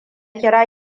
kira